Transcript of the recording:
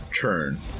turn